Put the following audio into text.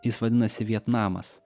jis vadinasi vietnamas